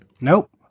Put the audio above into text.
Nope